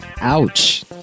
Ouch